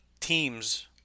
teams